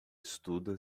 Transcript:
estuda